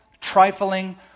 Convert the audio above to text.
trifling